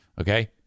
Okay